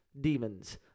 demons